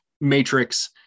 matrix